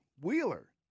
Wheeler